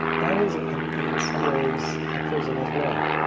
that is in some ways a prison as well.